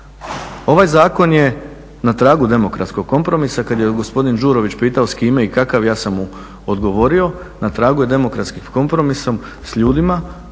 Ovaj zakon je na tragu demokratskog kompromisa. Kad je gospodin Đurović pitao s kime i kakav, ja sam mu odgovorio, na tragu je demokratskom kompromisu s ljudima